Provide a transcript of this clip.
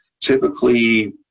typically